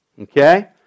Okay